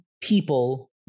people